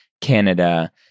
Canada